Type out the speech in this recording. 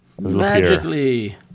Magically